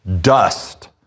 dust